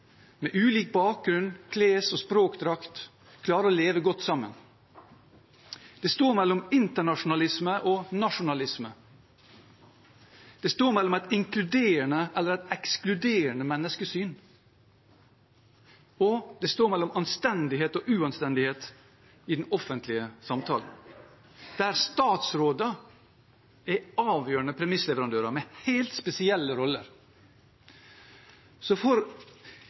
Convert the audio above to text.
med ulik bakgrunn og kles- og språkdrakt klarer å leve godt sammen. Det står mellom internasjonalisme og nasjonalisme. Det står mellom et inkluderende og et ekskluderende menneskesyn. Og det står mellom anstendighet og uanstendighet i den offentlige samtalen, der statsråder er avgjørende premissleverandører med helt spesielle roller.